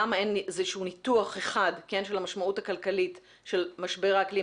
למה אין איזשהו ניתוח אחד של המשמעות הכלכלית של משבר האקלים,